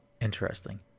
Interesting